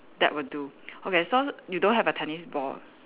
that would do okay so you don't have a tennis ball